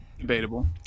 debatable